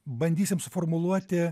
bandysim suformuluoti